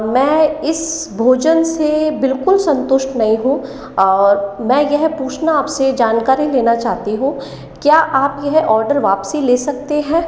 मैं इस भोजन से बिलकुल संतुष्ट नहीं हूँ और मैं यह पूछना आपसे जानकारी लेना चाहती हूँ क्या आप यह औडर वाप्सी ले सकते हैं